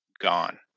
gone